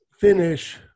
finish